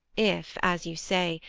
if, as you say,